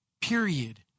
period